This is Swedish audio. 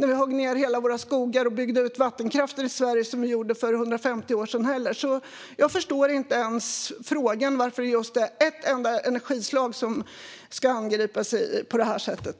vi högg ned skogar och byggde upp vattenkraften i Sverige, som vi gjorde för 150 år sedan. Jag förstår inte ens frågan. Varför är det bara ett enskilt energislag som ska angripas på det här sättet?